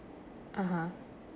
(uh huh)